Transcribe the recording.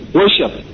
worship